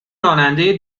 راننده